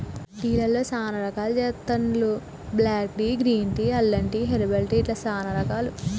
tea లలో చాల రకాలు చెస్తాండ్లు బ్లాక్ టీ, గ్రీన్ టీ, అల్లం టీ, హెర్బల్ టీ ఇట్లా చానా రకాలు